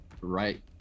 right